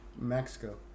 Mexico